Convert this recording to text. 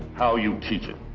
how you teach it.